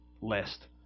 list